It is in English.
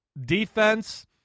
defense